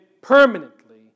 permanently